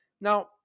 Now